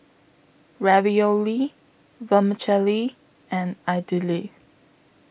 Ravioli Vermicelli and Idili